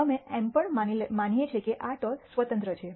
અમે એમ પણ માનીએ છીએ કે આ ટોસ સ્વતંત્ર છે